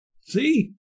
See